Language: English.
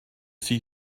see